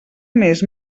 més